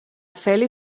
feli